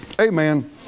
Amen